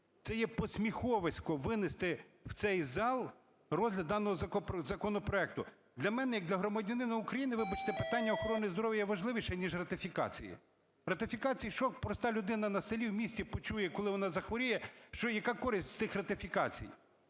це є посміховисько – винести в цей зал розгляд даного законопроекту. Для мене, як для громадянина України, вибачте, питання охорони здоров'я важливіше ніж ратифікації. Ратифікації… Що, коли проста людина на селі, в місті почує, коли вона захворіє, яка користь з тих ратифікацій?